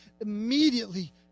immediately